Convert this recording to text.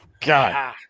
god